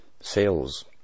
Sales